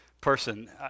person